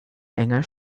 enger